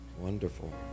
Wonderful